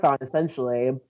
essentially